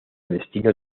destino